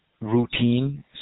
routine